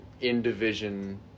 in-division